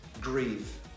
grieve